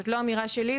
וזאת לא אמירה שלי,